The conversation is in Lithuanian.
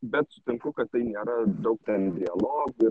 bet sutinku kad tai nėra daug ten dialogų ir